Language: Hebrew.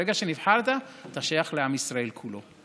ברגע שנבחרת אתה שייך לעם ישראל כולו.